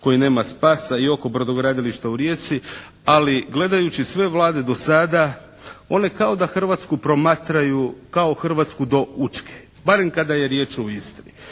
koji nema spasa, i oko brodogradilišta u Rijeci, ali gledajući sve Vlade do sada, one kao da Hrvatsku promatraju kao Hrvatsku do Učke, barem kada je riječ o Istri.